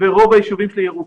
ורוב היישובים שלי ירוקים,